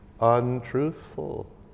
untruthful